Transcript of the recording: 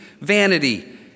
vanity